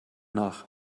nach